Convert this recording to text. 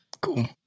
Cool